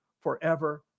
forever